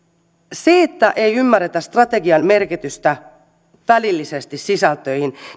se kummastuttaa minua että ei ymmärretä strategian merkitystä välillisesti sisältöihin